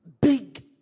Big